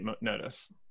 notice